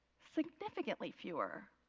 significantly fewer.